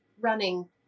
running